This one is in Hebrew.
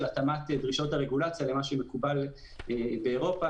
התאמת דרישות הרגולציה למה שמקובל באירופה,